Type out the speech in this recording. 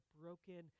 broken